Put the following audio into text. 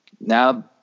Now